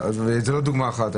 זו רק דוגמה אחת,